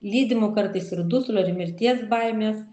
lydimu kartais ir dusulio ir mirties baime